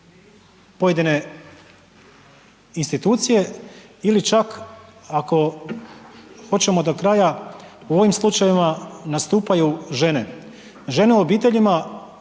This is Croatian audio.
pojedine institucije ili čak ako hoćemo do kraja u ovim slučajevima nastupaju žene. Žene u obiteljima